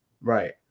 Right